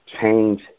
change